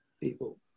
people